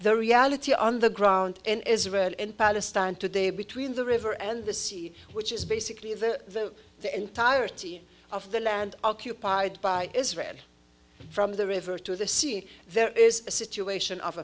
the reality on the ground in israel in palestine today between the river and the sea which is basically the the entirety of the land occupied by israel from the river to the sea there is a situation of